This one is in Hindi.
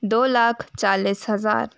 दो लाख चालीस हज़ार